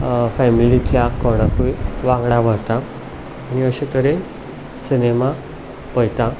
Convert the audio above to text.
फेमिलीच्या कोणाकूय वांगडाक व्हरता आनी अशे तरेन सिनेमा पयता